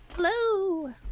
Hello